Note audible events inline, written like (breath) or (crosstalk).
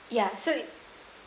(breath) yeah so